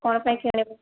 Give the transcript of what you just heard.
କ'ଣ ପାଇଁ କିଣିବା